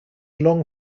long